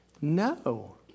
No